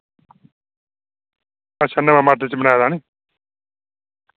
अच्छा नवां माडल च बनाए दा नि